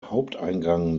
haupteingang